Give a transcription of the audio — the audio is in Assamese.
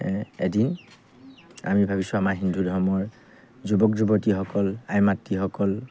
এদিন আমি ভাবিছোঁ আমাৰ হিন্দু ধৰ্মৰ যুৱক যুৱতীসকল আইমাতৃসকল